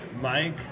Mike